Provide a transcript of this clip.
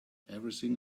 everything